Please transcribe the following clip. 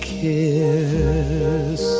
kiss